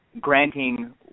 granting